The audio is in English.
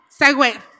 segue